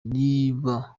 niba